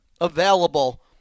available